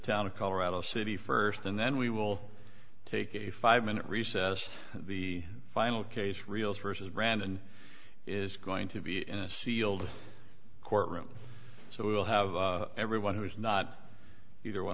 town of colorado city first and then we will take a five minute recess the final case real's versus brandon is going to be in a sealed courtroom so we will have everyone who is not either one